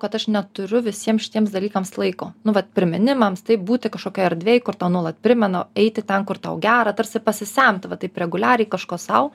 kad aš neturiu visiems šitiems dalykams laiko nu vat priminimams taip būti kašokioj erdvėj kur tau nuolat primena eiti ten kur tau gera tarsi pasisemti va taip reguliariai kažko sau